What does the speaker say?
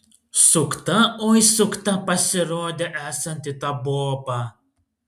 sukta oi sukta pasirodė esanti ta boba